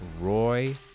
Roy